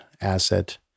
asset